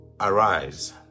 arise